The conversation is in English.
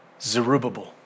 Zerubbabel